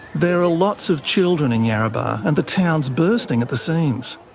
there are lots of children in yarrabah, and the town's bursting at the seams.